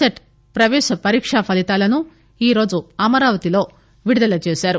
set ప్రపేశ పరీతా ఫలీతాలను ఈరోజు అమరావతిలో విడుదల చేశారు